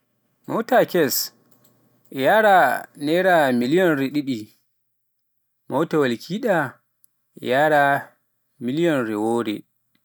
moota kes e yaara naira miliyonre ɗiɗi, mootawal kiiɗa e yaara miliyonre goo.